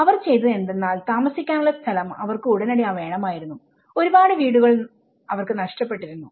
അവർ ചെയ്തത് എന്തെന്നാൽതാമസിക്കാനുള്ള സ്ഥലം അവർക്ക് ഉടനടി വേണമായിരുന്നു ഒരു പാട് ആളുകൾക്ക് വീടുകൾ നഷ്ടപ്പെട്ടിരുന്നു